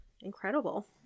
incredible